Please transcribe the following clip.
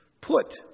Put